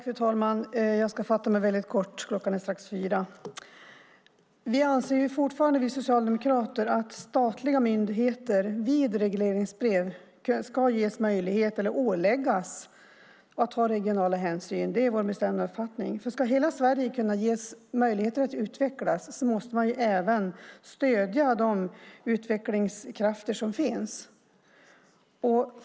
Fru talman! Jag ska fatta mig kort. Vi socialdemokrater anser att statliga myndigheter via regleringsbrev ska ges möjligheter, eller åläggas, att ta regionala hänsyn. Det är vår bestämda uppfattning. Ska hela Sverige ges möjligheter att utvecklas måste man stödja de utvecklingskrafter som finns.